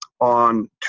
on